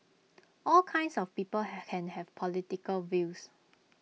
all kinds of people can have political views